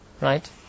Right